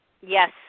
Yes